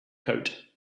coat